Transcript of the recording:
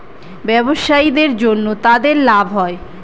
ব্যবসায়ীদের জন্য তাদের লাভ হয়